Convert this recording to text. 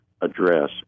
address